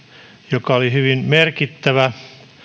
joka oli hyvin merkittävä